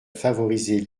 favoriser